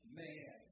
man